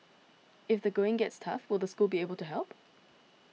if the going gets tough will the school be able to help